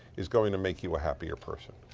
is going to make you a happier person.